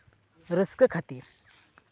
ᱨᱟᱹᱥᱠᱟᱹ ᱠᱷᱟᱹᱛᱤᱨ